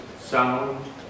sound